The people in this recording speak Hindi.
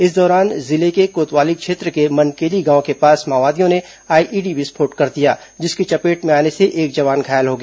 इस दौरान जिले के कोतवाली क्षेत्र के मनकेलि गांव के पास माओवादियों ने आईईडी विस्फोट कर दिया जिसकी चपेट में आने से एक जवान घायल हो गया